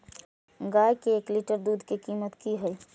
गाय के एक लीटर दूध के कीमत की हय?